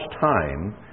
time